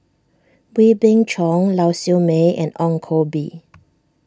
Wee Beng Chong Lau Siew Mei and Ong Koh Bee